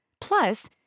Plus